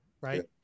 Right